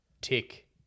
tick